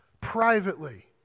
privately